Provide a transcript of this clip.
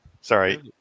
Sorry